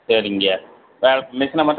சரிங்கய்யா மிசினை மட்டும்